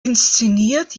inszeniert